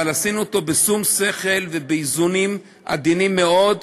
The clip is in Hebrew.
אבל עשינו אותו בשום שכל ובאיזונים עדינים מאוד,